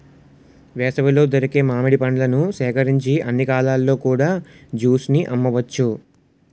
వేసవిలో దొరికే మామిడి పండ్లను సేకరించి అన్ని కాలాల్లో కూడా జ్యూస్ ని అమ్మవచ్చు